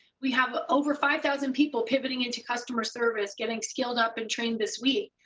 we have over five thousand people pivoting and to customer service, getting scaled up and trained this week.